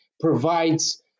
provides